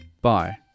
Bye